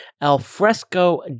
Alfresco